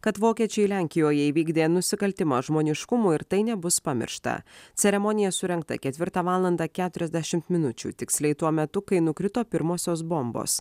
kad vokiečiai lenkijoje įvykdė nusikaltimą žmoniškumui ir tai nebus pamiršta ceremoniją surengtą ketvirtą valandą keturiasdešim minučių tiksliai tuo metu kai nukrito pirmosios bombos